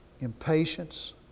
impatience